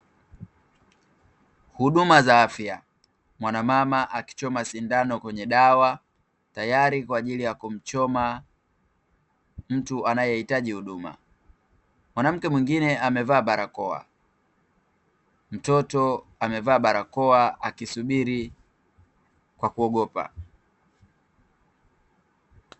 Huduma za afya, mwanamama akichoma sindano kwenye dawa tayari kwaajili ya kumchoma mtu anayehitaji huduma, mwanamke mwingine amevaa barakoa, mtoto amevaa barakoa akisubiri kwa kuogopa.